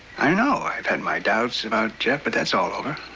i know i've had my doubts about jeff, but that's all over.